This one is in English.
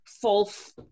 false